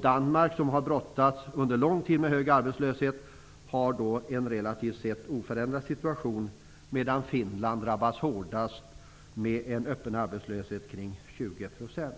Danmark som under lång tid har brottats med hög arbetslöshet har en relativt sett oförändrad situation, medan Finland drabbats hårdast med en öppen arbetslöshet kring 20 %.